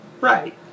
Right